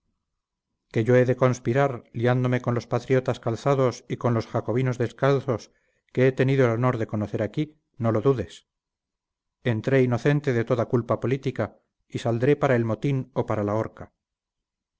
que yo he de conspirar liándome con los patriotas calzados y con los jacobinos descalzos que he tenido el honor de conocer aquí no lo dudes entré inocente de toda culpa política y saldré para el motín o para la horca